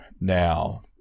now